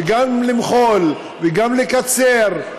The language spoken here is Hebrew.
גם למחול וגם לקצר,